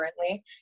currently